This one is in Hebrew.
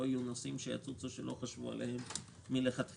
יהיו נושאים שיצוצו שלא חשבו עליהם מלכתחילה.